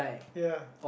ya